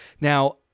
Now